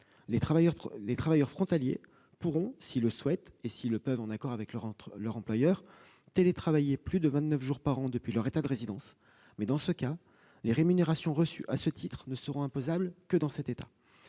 les travailleurs frontaliers pourront, s'ils le souhaitent et s'ils le peuvent en accord avec leur employeur, télétravailler plus de vingt-neuf jours par an depuis leur État de résidence, mais dans ce cas, les rémunérations reçues à ce titre ne seront imposables que dans cet État.